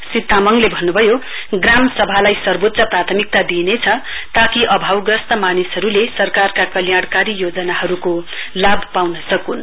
श्री तामाङले भन्नभयो ग्राम सभालाई सर्वोच्च प्रथमिकतका दिइनेछ ताकि अभावग्रस्त मानिसहरुले सरकारका कल्याणकारी योजनाहरुको लाभ पाउन सकुन्